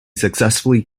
successfully